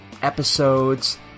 Episodes